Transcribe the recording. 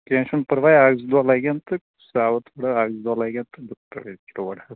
کیٚنٛہہ چھُنہٕ پَرواے اَکھ زٕ دۄہ لَگن تہٕ ترٛاوکھ فِلحال اَکھ زٕ دۄہ لَگن تہٕ بہٕ تہِ کرٕ وِزِٹ تور حظ